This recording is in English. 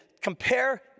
compare